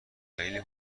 خیلی